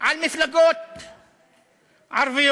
על מפלגות ערביות.